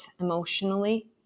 emotionally